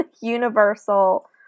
universal